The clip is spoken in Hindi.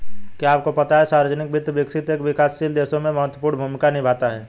क्या आपको पता है सार्वजनिक वित्त, विकसित एवं विकासशील देशों में महत्वपूर्ण भूमिका निभाता है?